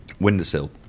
windowsill